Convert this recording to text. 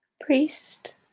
priest